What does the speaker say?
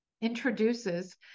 introduces